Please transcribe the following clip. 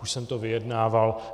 Už jsem to vyjednával.